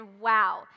wow